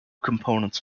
components